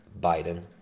Biden